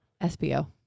SBO